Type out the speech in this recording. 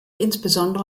insbesondere